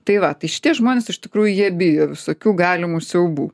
tai va tai šitie žmonės iš tikrųjų jie bijo visokių galimų siaubų